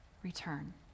Return